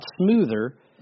smoother